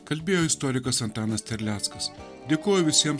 kalbėjo istorikas antanas terleckas dėkoju visiems